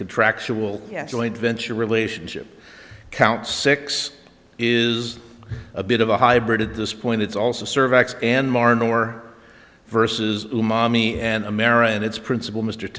contractual joint venture relationship count six is a bit of a hybrid this point it's also serve x and more and more versus mommy and america and its principal m